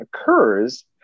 occurs